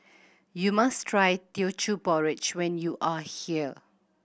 you must try Teochew Porridge when you are here